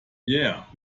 yeah